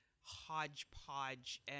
hodgepodge